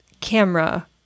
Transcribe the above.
camera